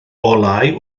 olau